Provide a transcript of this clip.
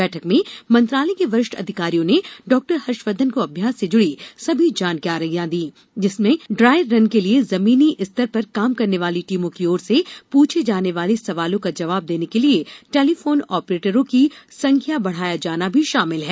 बैठक में मंत्रालय के वरिष्ठ अधिकारियों ने डॉ हर्षवर्धन को अभ्यास से जुड़ी सभी जानकारियां दीं जिनमें ड्राई रन के लिए जमीनी स्तर पर काम करने वाली टीमों की ओर से पूछे जाने वाले सवालों का जवाब देने के लिए टेलीफोन ऑपरेटरों की संख्या बढ़ाया जाना भी शामिल है